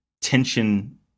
tension